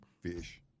fish